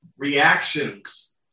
Reactions